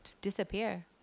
disappear